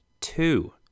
two